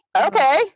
Okay